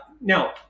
Now